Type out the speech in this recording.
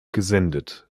gesendet